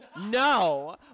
no